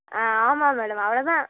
ஆ ஆமாம் மேடம் அவ்ளோ தான்